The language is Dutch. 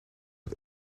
het